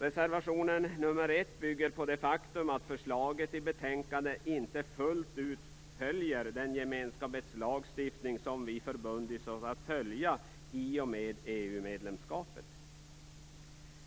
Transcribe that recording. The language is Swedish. Reservation 1 bygger på det faktum att förslaget i betänkandet inte fullt ut följer den gemenskapslagstiftning som vi förbundit oss att följa i och med EU